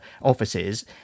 offices